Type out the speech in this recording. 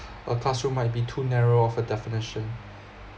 uh classroom might be too narrow of a definition